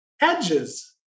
edges